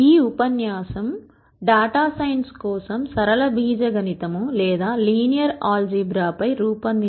ఈ ఉపన్యాసం data science కోసం సరళ బీజగణితం లేదా లీనియర్ ఆల్ జీబ్రాపై ఉంది